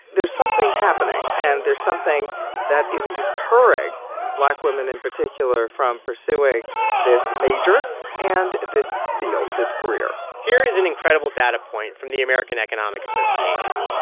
there's something happening, and there's something that is deterring black women in particular from pursuing this major and this field, this career here is an incredible data point from the american economic association.